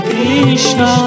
Krishna